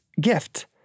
gift